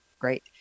Great